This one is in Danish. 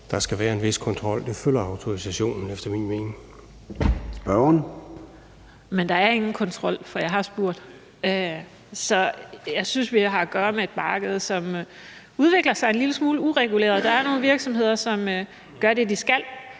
(Søren Gade): Spørgeren. Kl. 18:23 Karina Lorentzen Dehnhardt (SF): Men der er ingen kontrol, for jeg har spurgt. Så jeg synes, vi har at gøre med et marked, som udvikler sig en lille smule ureguleret. Der er nogle virksomheder, som gør det, de skal,